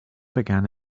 began